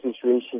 situation